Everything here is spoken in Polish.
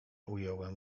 ująłem